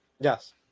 Yes